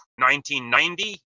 1990